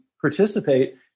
participate